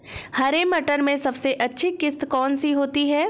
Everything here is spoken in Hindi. हरे मटर में सबसे अच्छी किश्त कौन सी होती है?